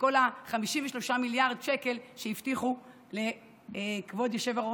כל ה-53 מיליארד שקל שהבטיחו לכבוד היושב-ראש.